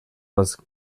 was